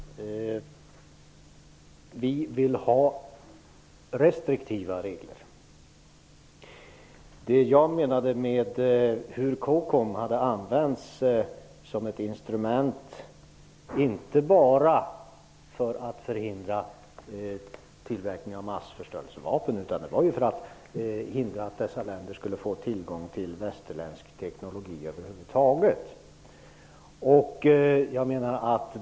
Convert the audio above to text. Herr talman! Vi vill ha restriktiva regler. Jag menade att COCOM hade använts som instrument inte bara för att förhindra tillverkning av massförstörelsevapen, utan också för hindra att dessa länder skulle få tillgång till västerländsk teknologi över huvud taget.